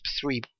three